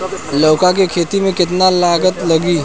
लौका के खेती में केतना लागत लागी?